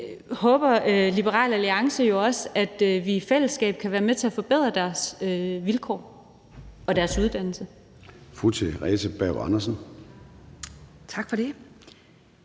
håber Liberal Alliance jo også, at vi i fællesskab kan være med til at forbedre deres vilkår og deres uddannelse.